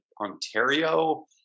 Ontario